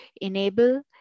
enable